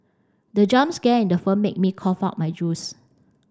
the jump scare in the film made me cough out my juice